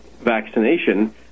vaccination